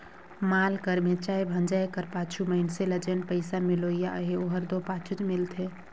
माल कर बेंचाए भंजाए कर पाछू मइनसे ल जेन पइसा मिलोइया अहे ओहर दो पाछुच मिलथे